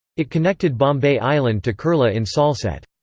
it connected bombay island to kurla in salsette.